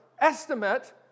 estimate